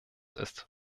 ist